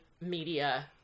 media